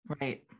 Right